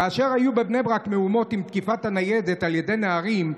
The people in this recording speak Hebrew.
כאשר היו בבני ברק מהומות עם תקיפת הניידת על ידי נערים,